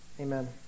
amen